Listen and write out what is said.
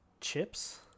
chips